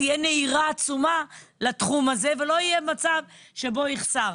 כבר תהיה נהירה עצומה לתחום הזה ולא יהיה מצב שבו יחסר.